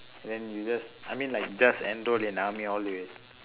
and then you just I mean like you just enroll in army all the way